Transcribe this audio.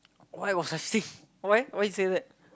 why got such thing why why you say that